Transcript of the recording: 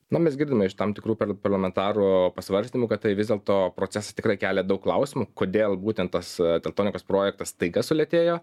na mes girdime iš tam tikrų parlamentarų pasvarstymų kad tai vis dėlto procesai tikrai kelia daug klausimų kodėl būten tas teltonikos projektas staiga sulėtėjo